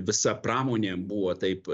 visa pramonė buvo taip